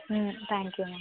thank you ma'am